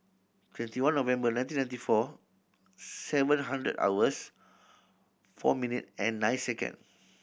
twenty one November nineteen ninety four seven hundred hours four minute and nine second